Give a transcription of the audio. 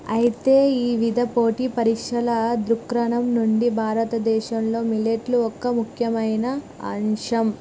అయితే ఇవిధ పోటీ పరీక్షల దృక్కోణం నుండి భారతదేశంలో మిల్లెట్లు ఒక ముఖ్యమైన అంశం